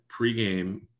pregame